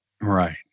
Right